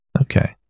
okay